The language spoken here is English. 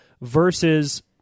versus